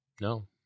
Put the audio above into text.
no